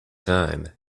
time